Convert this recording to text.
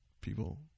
people